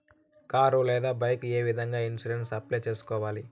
car లేదా bike ఏ విధంగా ఇన్సూరెన్సు అప్లై సేసుకోవాలి